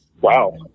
Wow